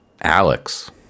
Alex